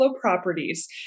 properties